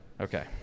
Okay